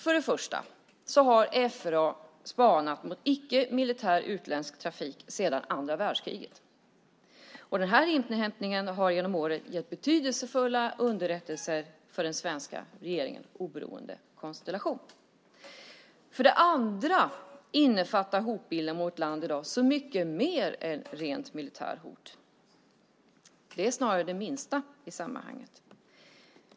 För det första har FRA spanat mot icke-militär utländsk trafik sedan andra världskriget, och den här inhämtningen har genom åren gett betydelsefulla underrättelser för den svenska regeringens oberoende konstellation. För det andra innefattar hotbilden mot vårt land i dag så mycket mer än ett rent militärt hot. Det är snarare det minsta i sammanhanget.